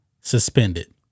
suspended